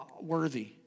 worthy